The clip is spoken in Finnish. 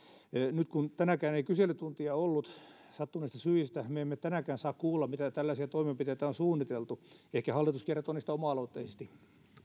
nyt kun tänäänkään ei kyselytuntia ollut sattuneista syistä me emme tänäänkään saa kuulla mitä tällaisia toimenpiteitä on suunniteltu ehkä hallitus kertoo niistä oma aloitteisesti